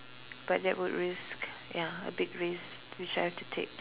but that would risk ya a big risk which I have to take